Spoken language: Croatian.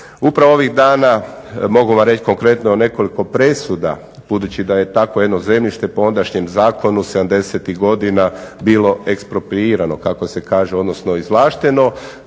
Upravo ovih dna mogu vam reći konkretno nekoliko presuda budući da je takvo jedno zemljište po ondašnjem zakonu sedamdesetih godina bilo eksproprirano kako se kaže odnosno izvlašteno.